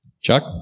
Chuck